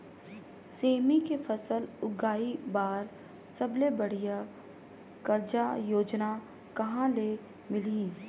सेमी के फसल उगाई बार सबले बढ़िया कर्जा योजना कहा ले मिलही?